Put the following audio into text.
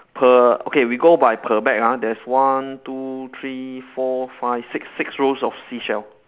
per okay we go by per bag ah there's one two three four five six six rows of seashell